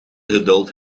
geduld